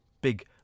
Big